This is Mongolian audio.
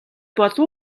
болов